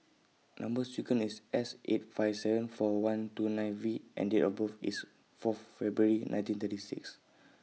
Number sequence IS S eight five seven four one two nine V and Date of birth IS Fourth February nineteen thirty six